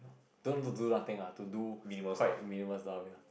don't to do nothing ah to do quite minimal stuff ya